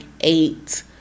eight